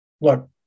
Look